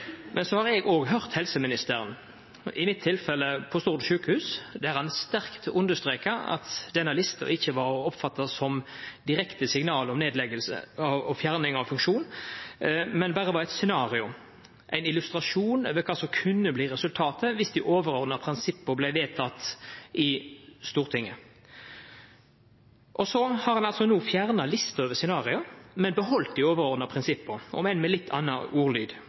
Men så har eg òg høyrt helseministeren, i dette tilfellet på Stord sjukehus, der han sterkt understreka at denne lista ikkje var å oppfatta som eit direkte signal om nedlegging og fjerning av funksjon, men berre var eit scenario, ein illustrasjon over kva som kunne bli resultatet dersom dei overordna prinsippa vart vedtekne i Stortinget. Så har ein altså no fjerna lista over scenarioa, men ein har behalde dei overordna prinsippa, om enn med ein litt annan ordlyd.